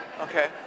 okay